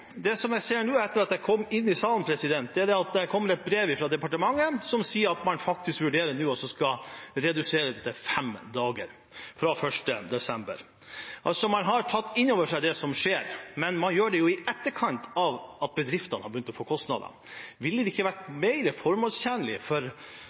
Etter at jeg kom inn i salen, har jeg sett at det er kommet et brev fra departementet som sier at man nå vurderer å redusere det til fem dager fra 1. desember. Man har tatt inn over seg det som skjer, men man gjør det jo i etterkant av at bedriftene har begynt å få kostnader. Ville det ikke vært